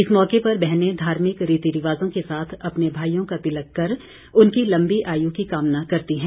इस मौके पर बहनेँ धार्मिक रीति रिवाजों के साथ अपने भाईयों का तिलक कर उनकी लम्बी आयु की कामना करती हैं